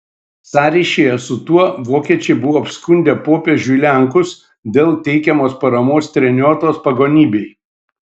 sąryšyje su tuo vokiečiai buvo apskundę popiežiui lenkus dėl teikiamos paramos treniotos pagonybei